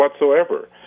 whatsoever